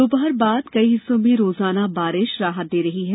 दोपहर बाद कई हिस्सों में रोजाना बारिश राहत दे रही है